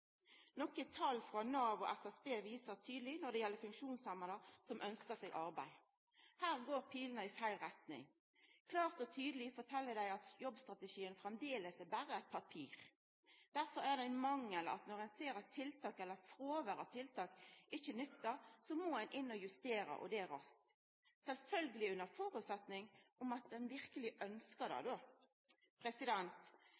noko tal frå Nav og SSB viser tydeleg når det gjeld funksjonshemma som ønskjer seg arbeid. Her går pilene i feil retning. Klart og tydeleg fortel dei at jobbstrategien framleis berre er eit papir. Derfor er det ein mangel at når ein ser at tiltak eller fråvær av tiltak ikkje nyttar, må ein inn og justera, og det raskt – sjølvsagt under føresetnad av at ein verkeleg